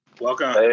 Welcome